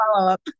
follow-up